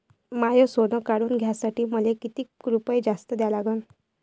माय सोनं काढून घ्यासाठी मले कितीक रुपये जास्त द्या लागन?